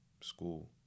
school